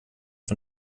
von